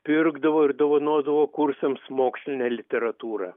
pirkdavo ir dovanodavo kursams mokslinę literatūrą